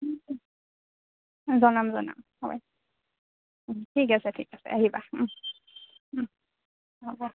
জনাম জনাম হয় ঠিক আছে ঠিক আছে আহিবা হ'ব